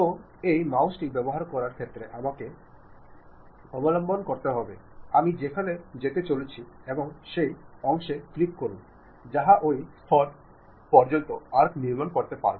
সুতরাং এই মাউসটি ব্যবহার করার ক্ষেত্রে আমাকে সতর্কতা অবলম্বন করতে হবে আমি যেখানে যেতে চলেছি এবং সেই অংশে ক্লিক করুন যাহা ওই স্তর পর্যন্ত আর্ক নির্মাণ করতে পারবে